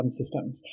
systems